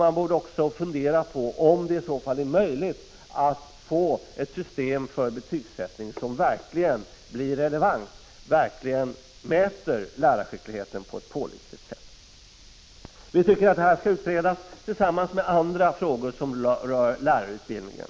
Man borde också fundera på om det är möjligt att få ett system för betygsättning som verkligen blir relevant, som verkligen mäter lärarskickligheten på ett pålitligt sätt. Vi tycker att detta skall utredas tillsammans med andra frågor som rör lärarutbildningen.